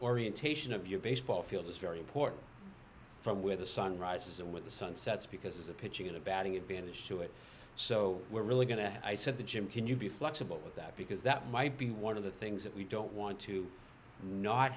orientation of your baseball field is very important from where the sun rises and when the sun sets because of pitching in a batting advantage to it so we're really going to have i said to jim can you be flexible with that because that might be one of the things that we don't want to not